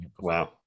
Wow